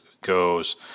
goes